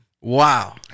Wow